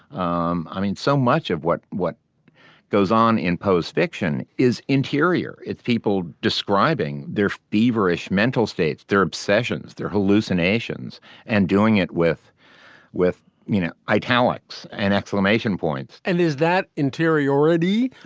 um i mean so much of what what goes on in post fiction is interior it's people describing their feverish mental state their obsessions their hallucinations and doing it with with you know italics and exclamation points. and there's that interiority.